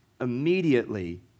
immediately